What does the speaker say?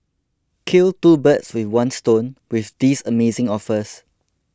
kill two birds with one stone with these amazing offers